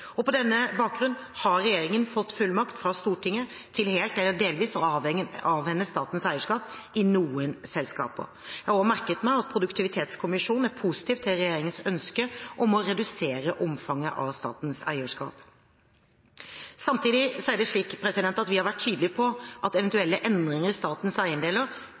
På denne bakgrunnen har regjeringen fått fullmakt fra Stortinget til helt eller delvis å avhende statens eierskap i noen selskaper. Jeg har også merket meg at produktivitetskommisjonen er positiv til regjeringens ønske om å redusere omfanget av statens eierskap. Samtidig har vi vært tydelige på at eventuelle endringer i statens eiendeler